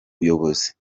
buyobozi